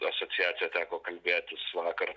asociacija teko kalbėtis vakar